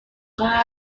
قدر